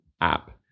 app